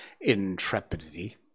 intrepidity